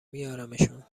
میارمشون